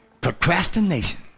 procrastination